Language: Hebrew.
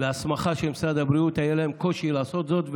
וההסמכה של משרד הבריאות, היה להם קושי לעשות זאת.